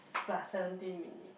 plus seventeen minutes